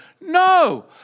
No